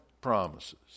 promises